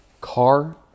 Car